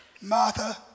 Martha